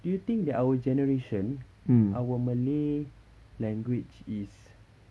do you think that our generation our malay language is